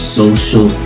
social